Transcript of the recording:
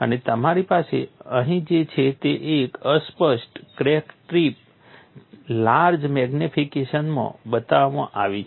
અને તમારી પાસે અહીં જે છે તે એક અસ્પષ્ટ ક્રેક ટીપ લાર્જ મેગ્નિફિકેશનમાં બતાવવામાં આવી છે